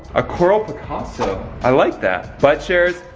a coral picasso. i like that. but sharers,